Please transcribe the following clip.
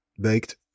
Baked